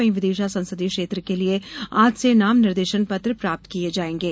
वहीं विदिशा संसदीय क्षेत्र के लिए आज से नाम निर्देशन पत्र प्राप्त किये जायेंगे